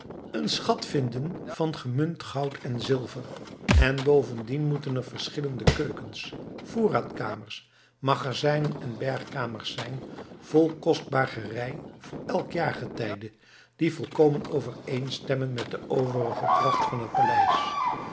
een schat vinden van gemunt goud en zilver en bovendien moeten er verschillende keukens voorraadkamers magazijnen en bergkamers zijn vol kostbaar gerei voor elk jaargetijde die volkomen overeenstemmen met de overige pracht van het paleis